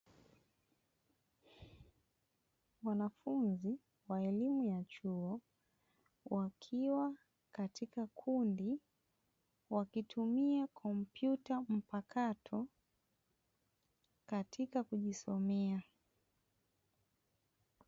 Wanafunzi wa elimu ya chuo, wakiwa katika kindi wakitumia kompyuta mpakato katika kujisomea.